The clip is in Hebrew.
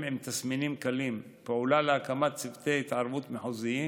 עם תסמינים קלים ופעולה להקמת צוותי התערבות מחוזיים